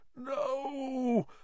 No